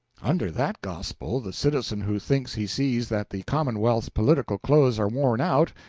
under that gospel, the citizen who thinks he sees that the commonwealth's political clothes are worn out,